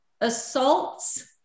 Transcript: assaults